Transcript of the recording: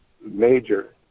major